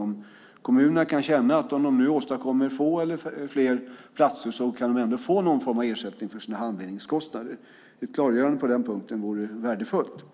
Kan kommunerna känna att om de nu åstadkommer färre eller fler platser kan de ändå få någon form av ersättning för sina handledarkostnader? Ett klargörande på den punkten vore värdefullt.